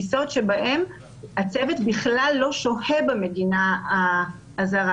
טיסות שבהן הצוות בכלל לא שוהה במדינה הזרה,